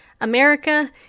America